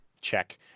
Check